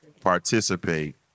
participate